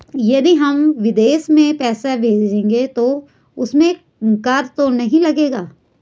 यदि हम विदेश में पैसे भेजेंगे तो उसमें कर तो नहीं लगेगा?